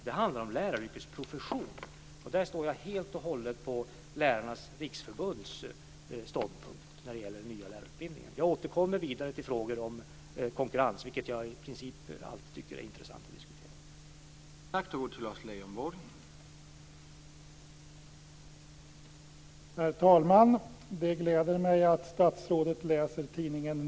Det handlar om läraryrkesprofession. Där delar jag helt och hållet Lärarnas riksförbunds ståndpunkt när det gäller den nya lärarutbildningen. Jag återkommer vidare till frågan om konkurrens, vilken jag i princip alltid tycker är intressant att diskutera.